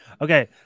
Okay